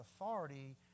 authority